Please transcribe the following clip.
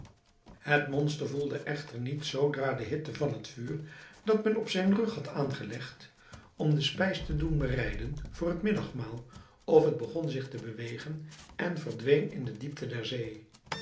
het monster voelde echter niet zoodra de hitte van het vuur dat men op zijn rug had aangelegd om de spijs toe te bereiden voor het middagmaal of het begon zich te bewegen en verdween in de diepte der zee